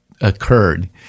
occurred